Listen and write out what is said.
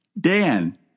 Dan